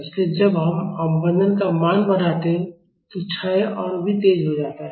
इसलिए जब हम अवमंदन का मान बढ़ाते हैं तो क्षय और भी तेज हो जाता है